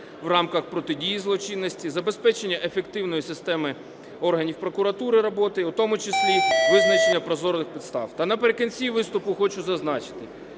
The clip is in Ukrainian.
в рамках протидії злочинності, забезпечення ефективної системи органів прокуратури, роботи, у тому числі визначення прозорих підстав. Та наприкінці виступу хочу зазначити,